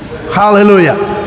hallelujah